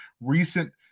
recent